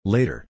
Later